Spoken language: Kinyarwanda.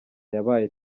yabaye